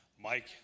Mike